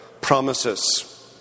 promises